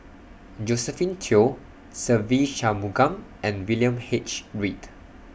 Josephine Teo Se Ve Shanmugam and William H Read